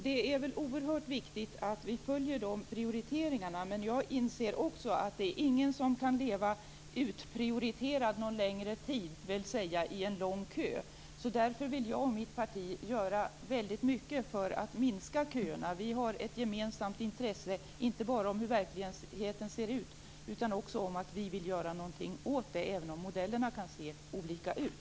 Det är oerhört viktigt att vi följer de prioriteringarna, men jag inser också att ingen kan leva "utprioriterad", dvs. i en lång kö, någon längre tid. Därför vill jag och mitt parti göra väldigt mycket för att minska köerna. Vi är inte bara överens om hur verkligheten ser ut, utan vi har också ett gemensamt intresse av att göra någonting åt det, även om våra modeller kan se olika ut.